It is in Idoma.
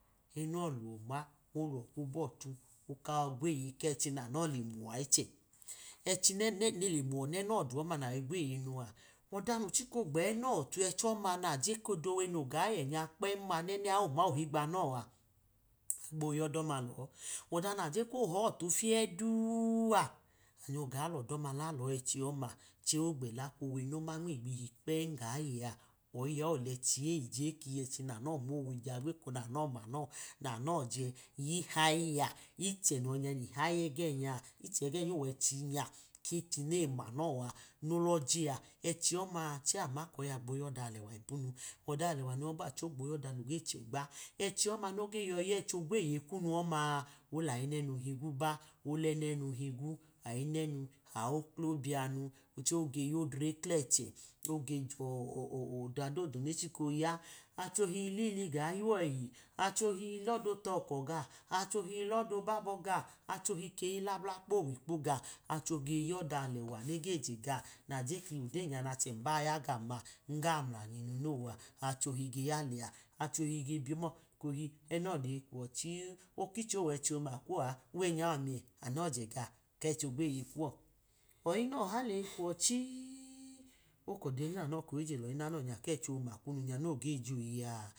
Ẹno̱ luwo̱ ma oluwọ kwabọbu, okawọ gweye kẹchi nanọ le mawọ ichẹ echi nẹnẹnọ lemuwọ nayi gweyenu a, ọda no chika ogbẹnọ o̱hi ẹcha ọma naje kẹdo owe noga yẹ nya kpern-ma nẹnẹ a oma ohigbo anọ a, agbo yọdọm lọ, ọda naje ko họ-ọlu tiyẹ du, anyọ ga lọ ọda ọma la lọ ẹchi ọma, ce ogbẹla kwọwe noma nmigbichi kpern ga yẹ ọyi a olẹchi eyi je kii kechi nanọ moweja nano omanọ, nanọ je yihayi a iche noyọ nya ihayi ẹgẹ nya, ichẹ ẹgẹ nya owẹchi nya, nmifi nemanọ a nolọje a, echi ọma ce ama kọyi ya gbo yọda alewa ipunu, ọda alewa ce ogbo ya ọda noge chẹgba, ẹchi ọma noge yo̱yi yẹchi ogweye kunu, ọma, olayi nẹnu, hignu ba, olẹnẹnu higma, ajinẹnu, aoklobia mu, cẹ oge yodre klẹchẹ, ogeọ-ọda dodu nochika oya, acholi lili ga yuwọ, ẹchi achotu lo̱da olọkọ ga, acholi lọda obabọ ga, acholi keyi labulakpa owikpo ga, acholi ge yọ ọda əewa nege je ga, naje kii odeyi nobanya nache, nobanya ya gamma, nga mulanyi non a, achochi ge ya lẹa, acholi ge bi mọ ekohi ẹnọ leyi kwọ chi, okichẹ owẹchi ọma kuwọa, uwe nya anọ je ga kẹchi ogweye kuwọ, ọyine ọha leyi kuwọ chi-i-i odọdi nanọ ije lọyi nanọ nya kẹchi ọma kunu nya noge jọ eyi a.